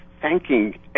thanking